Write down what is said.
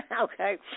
Okay